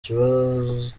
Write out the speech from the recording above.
kibanza